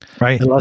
Right